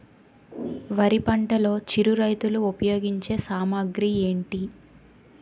వరి పంటలో చిరు రైతులు ఉపయోగించే సామాగ్రి ఏంటి?